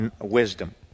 wisdom